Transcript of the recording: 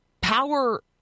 power